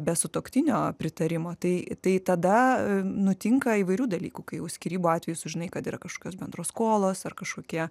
be sutuoktinio pritarimo tai tai tada nutinka įvairių dalykų kai jau skyrybų atveju sužinai kad yra kažkas bendros skolos ar kažkokie